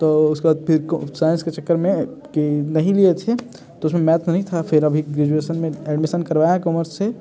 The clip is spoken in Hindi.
तो उसके बाद फिर साइंस के चक्कर में कि नहीं लिए थे तो उसमें मैथ नहीं था फिर अभी ग्रेजुएशन एडमिशन करवाएँ हैं कॉमर्स से